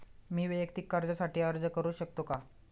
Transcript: मी वैयक्तिक कर्जासाठी अर्ज करू शकतो का?